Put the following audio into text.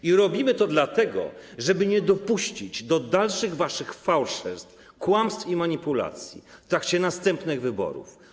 I robimy to dlatego, żeby nie dopuścić do dalszych waszych fałszerstw, kłamstw i manipulacji w trakcie następnych wyborów.